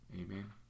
Amen